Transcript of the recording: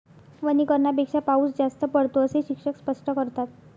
वनीकरणापेक्षा पाऊस जास्त पडतो, असे शिक्षक स्पष्ट करतात